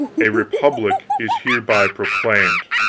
a republic is hereby proclaimed,